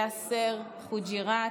יאסר חוג'יראת,